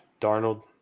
Darnold